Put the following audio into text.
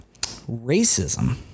Racism